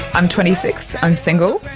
i'm twenty six, i'm single,